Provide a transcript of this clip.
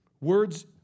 Words